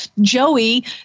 Joey